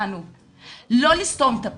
לא לסתום את הפה,